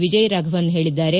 ವಿಜಯ್ ರಾಫವನ್ ಹೇಳಿದ್ದಾರೆ